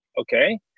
okay